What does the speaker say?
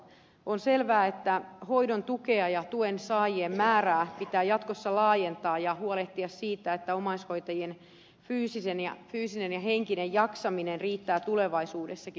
on selvää että hoidon tukea ja tuensaajien määrää pitää jatkossa laajentaa ja tulee huolehtia siitä että omaishoitajien fyysinen ja henkinen jaksaminen riittää tulevaisuudessakin